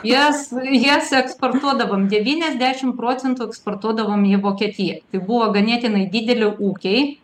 jas jas eksportuodavom devyniasdešim procentų eksportuodavom į vokietiją tai buvo ganėtinai dideli ūkiai